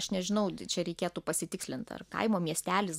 aš nežinau čia reikėtų pasitikslint ar kaimo miestelis